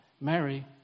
Mary